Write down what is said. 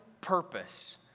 purpose